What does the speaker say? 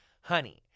Honey